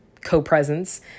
co-presence